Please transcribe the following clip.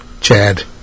Chad